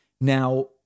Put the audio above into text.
Now